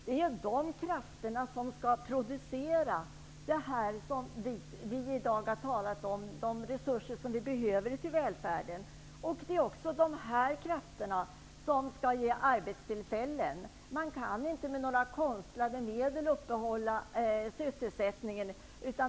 Det är de krafterna som skall producera det vi i dag har talat om, de resurser som vi behöver till välfärden. Det är också de här krafterna som skall ge arbetstillfällen. Man kan inte med konstlade medel uppehålla sysselsättningen.